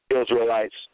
Israelites